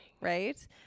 Right